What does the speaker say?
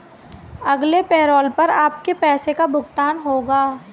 अगले पैरोल पर आपके पैसे का भुगतान होगा